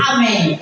Amen